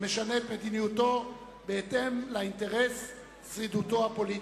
המשנה את מדיניותו בהתאם לאינטרס שרידותו הפוליטית.